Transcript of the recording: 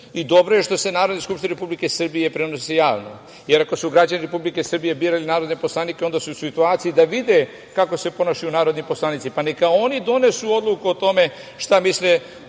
je što se sednice Narodne skupštine Republike Srbije prenose javno. Ako su građani Republike Srbije birali narodne poslanike, onda su u situaciji da vide kako se ponašaju narodni poslanici, pa neka oni donesu odluku o tome šta misle